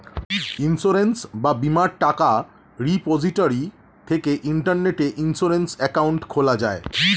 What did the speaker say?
insurance বা বীমার টাকা রিপোজিটরি থেকে ইন্টারনেটে ইন্সুরেন্স অ্যাকাউন্ট খোলা যায়